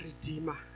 redeemer